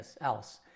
else